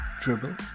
Dribble